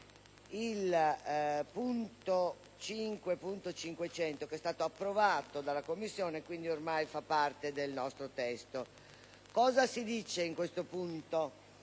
5.500, che è stato approvato dalle Commissioni e quindi ormai fa parte del nostro testo. Cosa si diceva in esso?